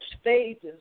stages